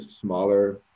smaller